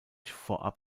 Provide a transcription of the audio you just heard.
vorab